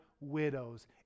widows